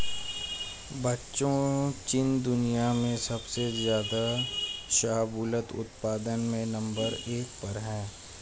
बच्चों चीन दुनिया में सबसे ज्यादा शाहबूलत उत्पादन में नंबर एक पर है